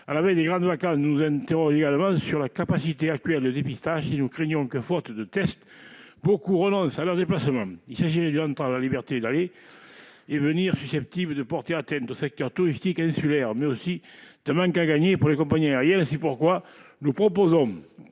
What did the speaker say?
À la veille des grandes vacances, nous nous interrogeons également sur la capacité actuelle de dépistage. Nous craignons que, faute de tests, beaucoup ne renoncent à leurs déplacements. Une telle entrave à la liberté d'aller et venir serait susceptible de porter atteinte au secteur touristique insulaire et d'infliger un grave manque à gagner aux compagnies aériennes. C'est pourquoi nous proposons